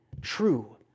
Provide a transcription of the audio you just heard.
true